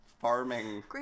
farming